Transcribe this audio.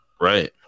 Right